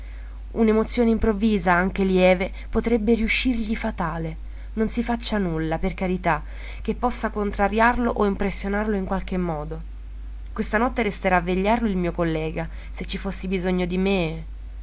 un'emozione improvvisa anche lieve potrebbe riuscirgli fatale non si faccia nulla per carità che possa contrariarlo o impressionarlo in qualche modo questa notte resterà a vegliarlo il mio collega se ci fosse bisogno di me